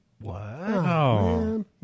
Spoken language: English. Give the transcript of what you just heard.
Wow